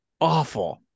awful